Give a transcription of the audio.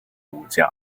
武将